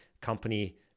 company